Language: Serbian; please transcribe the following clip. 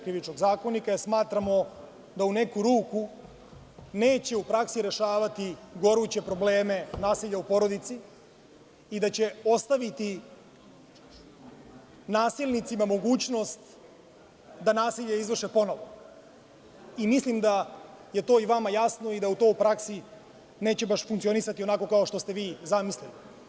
Krivičnog zakonika, jer smatramo da u neku ruku neće u praksi rešavati goruće probleme nasilja u porodici i da će ostaviti nasilnicima mogućnost da nasilje izvrše ponovo i mislim da je to i vama jasno i da to u praksi neće baš funkcionisati onako kao što ste vi zamislili.